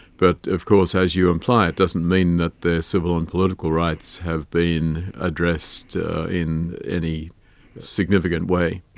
but of course, as you imply, it doesn't mean that their civil and political rights have been addressed in any significant way.